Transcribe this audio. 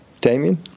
Damien